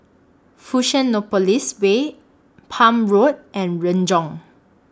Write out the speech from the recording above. Fusionopolis Way Palm Road and Renjong